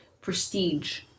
prestige